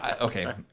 okay